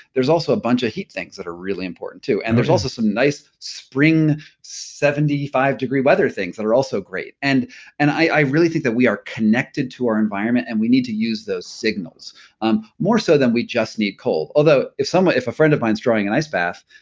there's also a bunch of heat things that are really important too and there's also some nice spring seventy five degree weather things that are also great and and i really think that we are connected to our environment and we need to use those signals um more so than we just need cold, although if ah a friend of mine is throwing an ice bath,